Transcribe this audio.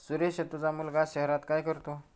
सुरेश तुझा मुलगा शहरात काय करतो